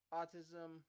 autism